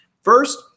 First